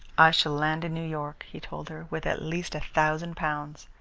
i shall land in new york, he told her, with at least a thousand pounds.